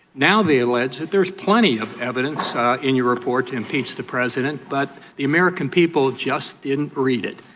now they allege that there's plenty of evidence in your report to impeach the president, but the american people just didn't read it.